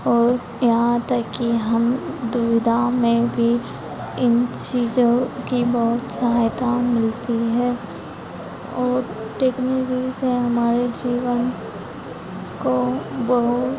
और यहाँ तक कि हम दुविधा में भी इन चीज़ों की बहुत सहायता मिलती है और टेक्नोलजी से हमारे जीवन को बहुत